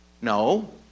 No